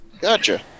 Gotcha